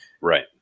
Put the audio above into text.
Right